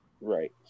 Right